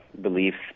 beliefs